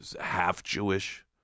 half-Jewish